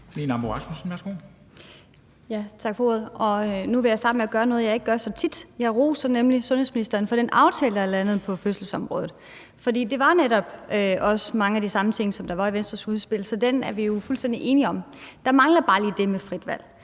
Ambo-Rasmussen (V): Tak for ordet. Nu vil jeg starte med at gøre noget, jeg ikke gør så tit. Jeg vil nemlig rose sundhedsministeren for den aftale, der er landet på fødselsområdet, for det var netop også mange af de samme ting, som der var i Venstres udspil. Så den er vi jo fuldstændig enige om. Der mangler bare lige det med frit valg.